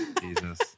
Jesus